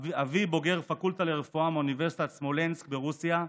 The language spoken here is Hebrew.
אבי בוגר הפקולטה לרפואה באוניברסיטת סמולנסק ברוסיה,